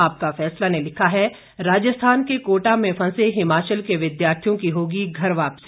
आपका फैसला ने लिखा है राजस्थान के कोटा में फंसे हिमाचल के विद्यार्थियों की होगी घर वापसी